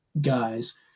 guys